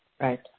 Right